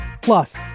Plus